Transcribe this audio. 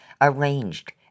arranged